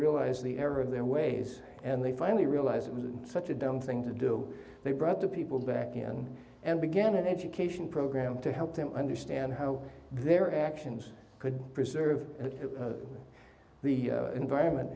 realize the error of their ways and they finally realized it was such a dumb thing to do they brought the people back in and began an education program to help them understand how their actions could preserve the environment